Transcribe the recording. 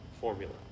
formula